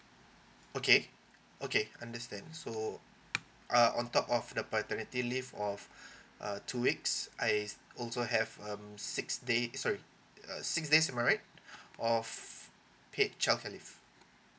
okay okay understand so uh on top of the paternity leave of uh two weeks I also have um six day uh sorry uh six days am I right of paid childcare leave